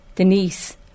Denise